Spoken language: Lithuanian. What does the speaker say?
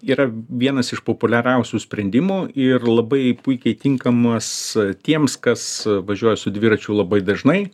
yra vienas iš populiariausių sprendimų ir labai puikiai tinkamas tiems kas važiuoja su dviračiu labai dažnai